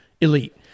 elite